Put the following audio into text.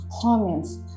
comments